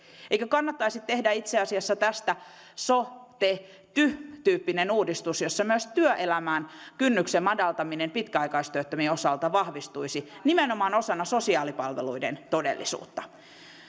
eikö kannattaisi tehdä itse asiassa tästä so te ty tyyppinen uudistus jossa myös työelämään kynnyksen madaltaminen pitkäaikaistyöttömien osalta vahvistuisi nimenomaan osana sosiaalipalveluiden todellisuutta